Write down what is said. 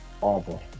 awful